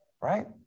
right